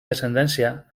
descendència